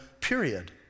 period